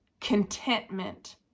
Contentment